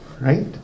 right